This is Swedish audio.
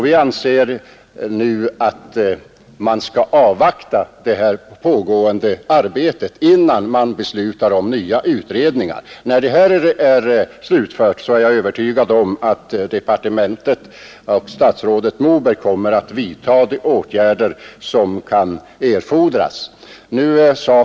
Vi anser att man skall avvakta det pågående arbetet innan man beslutar om nya utredningar. Jag är övertygad om att när detta arbete är slutfört kommer departementet och statsrådet Moberg att vidta de åtgärder som kan erfordras.